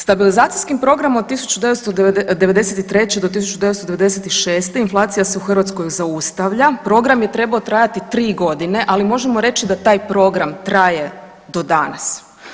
Stabilizacijskim programom od 1993. do 1996. inflacija se u Hrvatskoj zaustavlja, program je trebao trajati 3.g., ali možemo reći da taj program traje do danas.